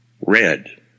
Red